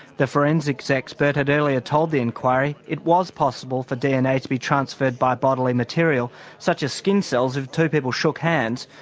the forensics expert had earlier told the inquiry it was possible for dna to be transferred by bodily material such as skin cells if two people shook hands,